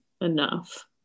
enough